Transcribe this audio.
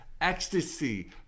ecstasy